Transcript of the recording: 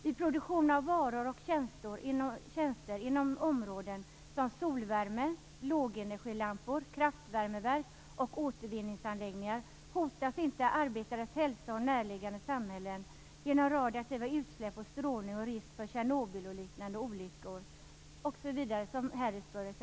Vid produktion av varor och tjänster inom områden som solvärme, lågenergilampor, kraftvärmeverk och återvinningsanläggningar hotas inte arbetarnas hälsa och närliggande samhällen genom radioaktiva utsläpp, strålning och risk för Tjernobylolyckor och liknande olyckor, som exempelvis Harrisburg.